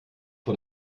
vor